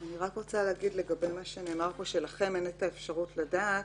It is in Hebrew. אני רק רוצה להגיד לגבי מה שנאמר פה שלכם אין האפשרות לדעת